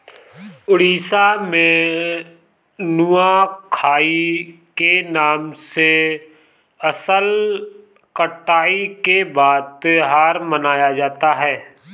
उड़ीसा में नुआखाई के नाम से फसल कटाई के बाद त्योहार मनाया जाता है